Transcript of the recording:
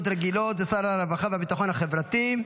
רגילות לשר הרווחה והביטחון החברתי.